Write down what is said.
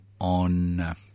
on